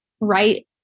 right